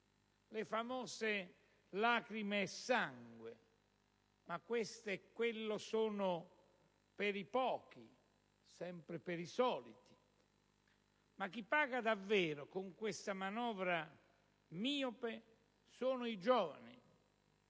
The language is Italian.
le famose lacrime e sangue: ma queste e quello sono per i pochi, sempre per i soliti. Chi paga davvero con questa manovra miope sono i giovani,